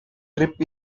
drip